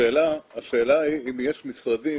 השאלה היא אם יש משרדים